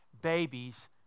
babies